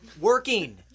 working